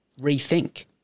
rethink